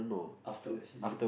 afterwards is it